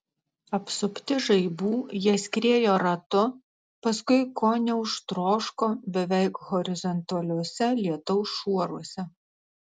apsupti žaibų jie skriejo ratu paskui ko neužtroško beveik horizontaliuose lietaus šuoruose